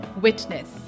witness